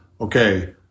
okay